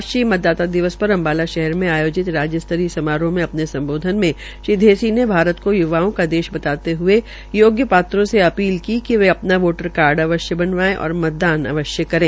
राष्ट्रीय मतदाता दिवस पर अम्बाला शहर में आयोजित राज्य स्तरीय समारोह में अपने सम्बोधन मे श्री ऐसी से भारत को ्युवाओं का देश बताते हये योग्य पात्रो से अपील की कि वे अपना वोटर कार्ड अवश्य बनाये और मतदान अवश्य करें